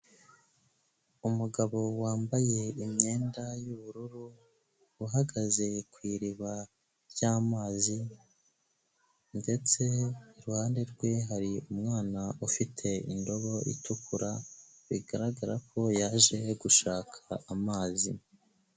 Umugabo wambaye imyenda y'ubururu, uhagaze ku iriba ry'amazi ndetse iruhande rwe hari umwana ufite indobo itukura, bigaragara ko yaje gushaka amazi.